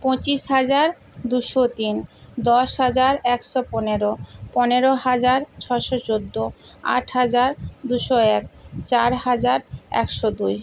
পঁচিশ হাজার দুশো তিন দশ হাজার একশো পনেরো পনেরো হাজার ছশো চোদ্দো আট হাজার দুশো এক চার হাজার একশো দুই